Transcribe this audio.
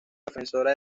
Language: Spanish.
defensora